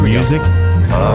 music